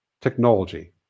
Technology